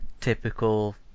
typical